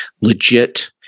legit